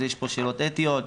יש פה שאלות אתיות,